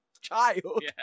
child